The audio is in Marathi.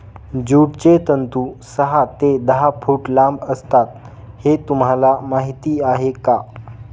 ज्यूटचे तंतू सहा ते दहा फूट लांब असतात हे तुम्हाला माहीत आहे का